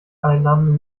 einnahmen